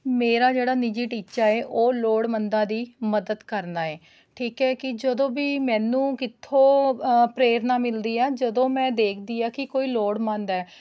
ਮੇਰਾ ਜਿਹੜਾ ਨਿੱਜੀ ਟੀਚਾ ਹੈ ਉਹ ਲੋੜਵੰਦਾਂ ਦੀ ਮਦਦ ਕਰਨਾ ਹੈ ਠੀਕ ਹੈ ਕਿ ਜਦੋਂ ਵੀ ਮੈਨੂੰ ਕਿੱਥੋਂ ਅ ਪ੍ਰੇਰਨਾ ਮਿਲਦੀ ਹੈ ਜਦੋਂ ਮੈਂ ਦੇਖਦੀ ਹਾਂ ਕਿ ਕੋਈ ਲੋੜਵੰਦ ਹੈ